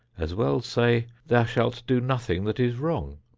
as well say thou shalt do nothing that is wrong.